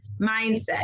mindset